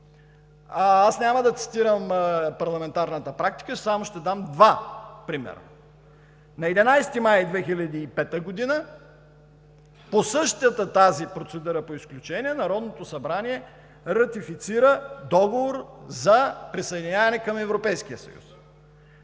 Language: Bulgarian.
Аз няма да цитирам парламентарната практика, само ще дам два примера. На 11 май 2005 г. по същата тази процедура „по изключение“ Народното събрание ратифицира Договор за присъединяване към Европейския съюз.